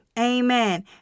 Amen